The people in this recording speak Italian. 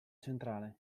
centrale